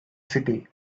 city